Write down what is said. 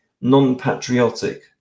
non-patriotic